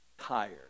tired